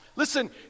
Listen